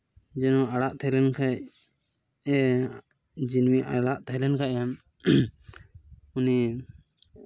ᱡᱮᱱᱚ ᱟᱲᱟᱜ ᱛᱟᱦᱮᱸ ᱞᱮᱱᱠᱷᱟᱱ ᱡᱮ ᱡᱤᱭᱟᱹᱞᱤ ᱟᱲᱟᱜ ᱛᱟᱦᱮᱸ ᱞᱮᱱᱠᱷᱟᱱ ᱜᱮ ᱩᱱᱤ